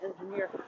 engineer